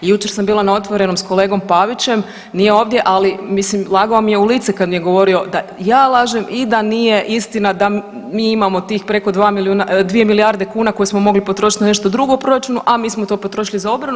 Jučer sam bila na „Otvorenom“ s kolegom Pavićem, nije ovdje, ali mislim lagao mi je u lice kad mi je govorio da ja lažem i da nije istina da mi imamo tih preko 2 milijuna, 2 milijarde kuna koje smo mogli potrošiti na nešto drugo u proračunu, a mi smo to potrošili za obranu.